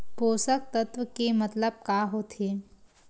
पोषक तत्व के मतलब का होथे?